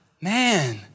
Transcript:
man